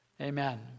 Amen